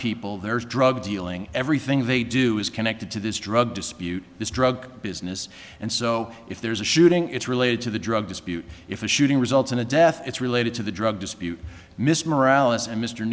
people there's drug dealing everything they do is connected to this drug dispute this drug business and so if there's a shooting it's related to the drug dispute if the shooting results in a death it's related to the drug dispute miss morale